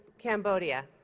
cambodia